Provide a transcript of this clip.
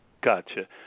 Gotcha